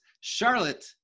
Charlotte